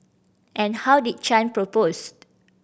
and how did Chan propose